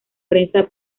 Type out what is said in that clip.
prensa